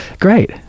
great